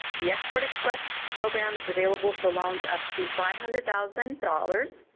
the export express program is available for loans up to five hundred thousand dollars.